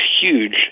huge